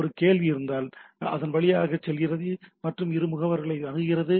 ஒரு கேள்வி இருந்தால் அதன் வழியாக செல்கிறது மற்றும் இந்த முகவர்கள்களை அணுகுகிறது